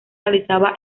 realizaba